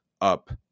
up